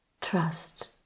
trust